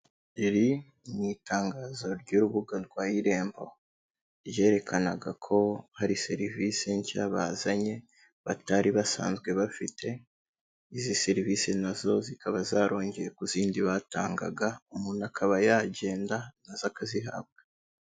Iri ni itangazo ry'urubuga rwa Irembo, ryerekanaga ko hari serivisi nshya bazanye batari basanzwe bafite, izi serivisi nazo zikaba zarongewe ku zindi batangaga, umuntu akaba yagenda, aza akazihabwa.